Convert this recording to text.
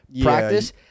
practice